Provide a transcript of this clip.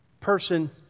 person